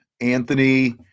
anthony